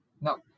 no